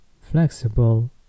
flexible